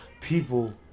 people